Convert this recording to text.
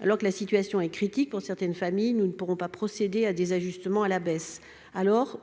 Alors que la situation est critique pour certaines familles, nous ne pourrons pas procéder à des ajustements à la baisse.